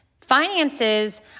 Finances